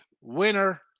winner